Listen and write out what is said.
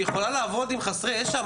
שהיא יכולה לעבוד עם חסרי ישע?